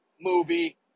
movie